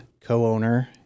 co-owner